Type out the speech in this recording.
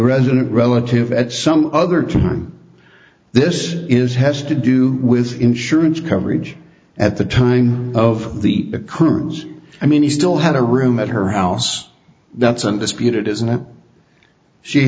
resident relative at some other time this is has to do with insurance coverage at the time of the occurrence i mean he still had a room at her house that's undisputed isn't it